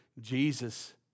Jesus